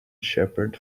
shepherd